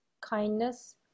kindness